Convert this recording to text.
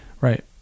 Right